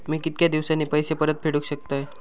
मी कीतक्या दिवसांनी पैसे परत फेडुक शकतय?